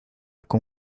con